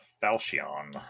falchion